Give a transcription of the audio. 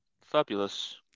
fabulous